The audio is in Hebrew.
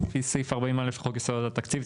לפי סעיף 40 א' חוק יסוד לתקציב,